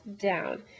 down